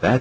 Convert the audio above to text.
that